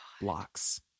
Blocks